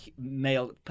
male